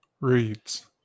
reads